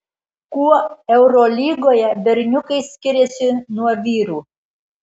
kuo eurolygoje berniukai skiriasi nuo vyrų